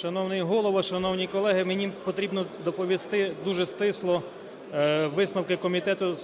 Шановний Голово, шановні колеги, мені потрібно доповісти дуже стисло висновки комітету